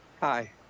Hi